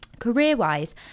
Career-wise